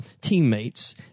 teammates